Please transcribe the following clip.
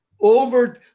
Over